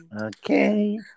Okay